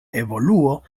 evoluo